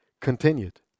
continued